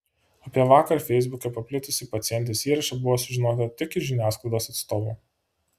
apie vakar feisbuke paplitusį pacientės įrašą buvo sužinota tik iš žiniasklaidos atstovų